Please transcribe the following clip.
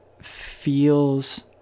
feels